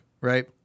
right